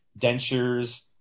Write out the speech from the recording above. dentures